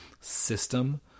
system